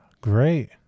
Great